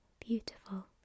Beautiful